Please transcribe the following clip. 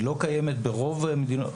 היא לא קיימת ברוב המדינות.